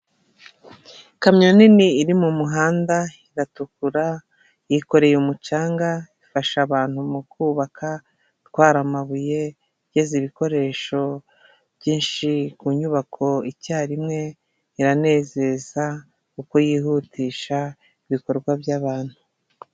Kamyo nini iri mumuhanda iratukura yikoreye umucanga ifasha abantu mu kubaka, gutwara amabuye geze , ibikoresho byinshi ku nyubako, icyarimwe iranezeza uko yihutisha ibikorwa bya bantu.